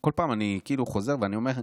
כל פעם, אני חוזר ואני אומר: